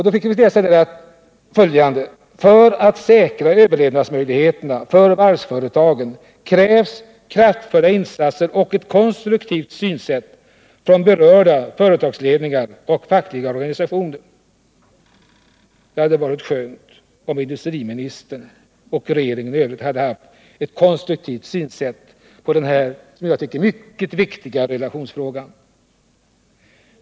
Där fick man läsa bl.a.: ”För att säkra överlevnadsmöjligheterna för varvsföretagen krävs kraftfulla insatser och ett konstruktivt synsätt från berörda företagsledningar och fackliga organisationer.” Det hade varit skönt om industriministern och regeringen i övrigt hade haft ett konstruktivt synsätt när det gäller den här mycket viktiga relationsfrågan.